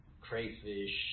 crayfish